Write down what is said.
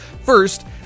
first